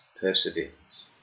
perseverance